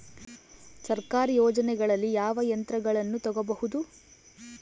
ಸರ್ಕಾರಿ ಯೋಜನೆಗಳಲ್ಲಿ ಯಾವ ಯಂತ್ರಗಳನ್ನ ತಗಬಹುದು?